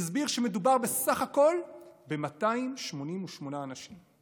והסביר שמדובר בסך הכול ב-288 אנשים,